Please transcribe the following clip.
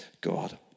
God